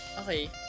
Okay